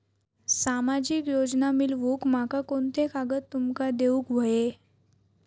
सामाजिक योजना मिलवूक माका कोनते कागद तुमका देऊक व्हये?